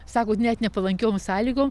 sakot net nepalankiom sąlygom